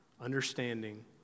understanding